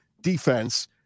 defense –